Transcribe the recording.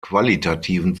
qualitativen